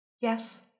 Yes